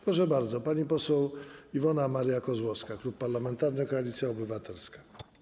Proszę bardzo, pani poseł Iwona Maria Kozłowska, Klub Parlamentarny Koalicja Obywatelska.